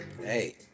Hey